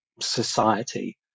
society